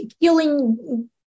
killing